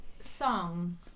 song